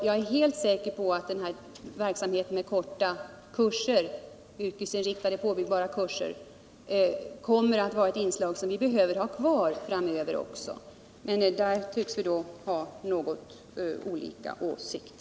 Jag är helt säker på att verksamheten med korta yrkesinrikade, påbyggbara kurser kommer att vara ett inslag som vi behöver ha kvar också framöver. Där tycks vi ha något olika åsikter.